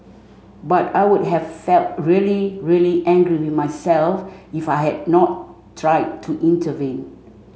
but I would have felt really really angry with myself if I had not tried to intervene